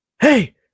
hey